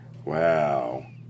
Wow